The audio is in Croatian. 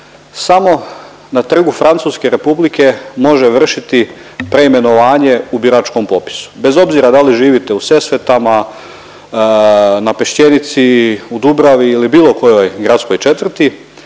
samo na Trgu Francuske Republike može vršiti preimenovanje u biračkom popisu, bez obzira da li živite u Sesvetama, na Pešćenici, u Dubravi ili bilo kojoj gradskoj četvrti,